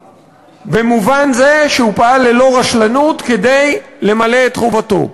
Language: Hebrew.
במובן זה שהוא פעל ללא רשלנות כדי למלא את חובתו.